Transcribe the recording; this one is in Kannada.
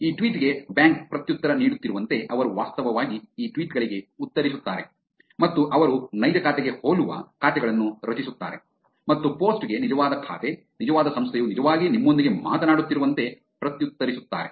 ಈ ಟ್ವೀಟ್ ಗೆ ಬ್ಯಾಂಕ್ ಪ್ರತ್ಯುತ್ತರ ನೀಡುತ್ತಿರುವಂತೆ ಅವರು ವಾಸ್ತವವಾಗಿ ಈ ಟ್ವೀಟ್ ಗಳಿಗೆ ಉತ್ತರಿಸುತ್ತಾರೆ ಮತ್ತು ಅವರು ನೈಜ ಖಾತೆಗೆ ಹೋಲುವ ಖಾತೆಗಳನ್ನು ರಚಿಸುತ್ತಾರೆ ಮತ್ತು ಪೋಸ್ಟ್ ಗೆ ನಿಜವಾದ ಖಾತೆ ನಿಜವಾದ ಸಂಸ್ಥೆಯು ನಿಜವಾಗಿ ನಿಮ್ಮೊಂದಿಗೆ ಮಾತನಾಡುತ್ತಿರುವಂತೆ ಪ್ರತ್ಯುತ್ತರಿಸುತ್ತಾರೆ